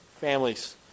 families